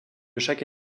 chaque